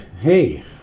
Hey